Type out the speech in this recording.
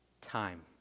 time